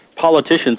politicians